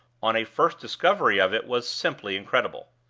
on a first discovery of it, was simply incredible.